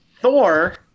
Thor